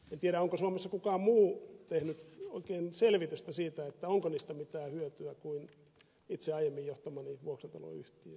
en tiedä onko suomessa kukaan muu tehnyt oikein selvitystä siitä onko niistä mitään hyötyä kuin itse aiemmin johtamani vuokrataloyhtiö